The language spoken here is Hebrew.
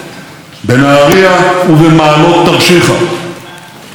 חוללנו מהפכה חסרת תקדים בתחבורה: רכבות,